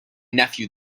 nephew